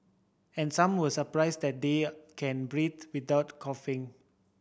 and some were surprised that they can breathe without coughing